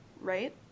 right